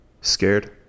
scared